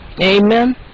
Amen